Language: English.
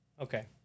Okay